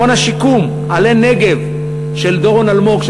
מכון השיקום "עלה נגב" של דורון אלמוג,